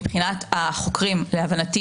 מבחינת החוקרים, להבנתי